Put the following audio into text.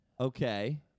Okay